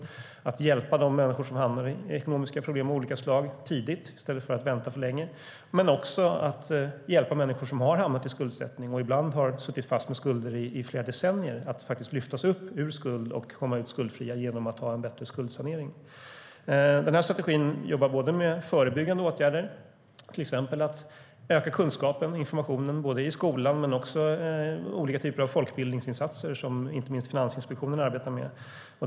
Det kommer att tidigt hjälpa de människor som hamnar i ekonomiska problem av olika slag, i stället för att vänta med det alltför länge, men det kommer också att hjälpa människor som hamnat i skuldsättning och ibland suttit fast med skulder i flera decennier. Genom en bättre skuldsanering kan de lyftas upp ur skulden och komma ut skuldfria. Strategin innehåller bland annat förebyggande åtgärder, till exempel att öka kunskapen och informationen i skolan och göra olika folkbildningsinsatser. Det är något som inte minst Finansinspektionen arbetar med.